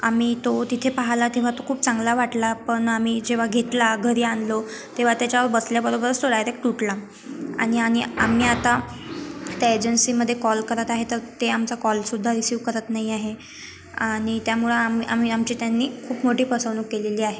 आम्ही तो तिथे पाहिला तेव्हा तो खूप चांगला वाटला पण आम्ही जेव्हा घेतला घरी आणलो तेव्हा त्याच्यावर बसल्याबरोबरच तो डायरेक्ट तुटला आणि आणि आम्ही आता त्या एजन्सीमध्ये कॉल करत आहे तर ते आमचा कॉलसुद्धा रिसीव्ह करत नाही आहे आणि त्यामुळं आम्ही आमची त्यांनी खूप मोठी फसवणूक केलेली आहे